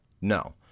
no